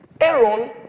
aaron